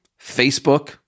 Facebook